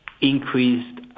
increased